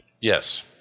Yes